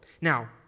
Now